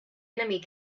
enemy